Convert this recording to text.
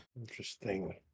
Interesting